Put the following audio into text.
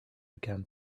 began